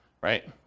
right